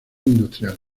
industrial